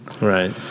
Right